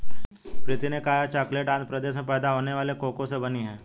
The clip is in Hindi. प्रीति ने कहा यह चॉकलेट आंध्र प्रदेश में पैदा होने वाले कोको से बनी है